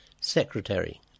Secretary